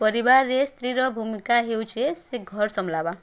ପରିବାରରେ ସ୍ତ୍ରୀର ଭୂମିକା ହେଉଛେ ସେ ଘର୍ ସମ୍ଭଲବା